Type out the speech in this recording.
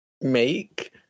make